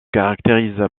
caractérise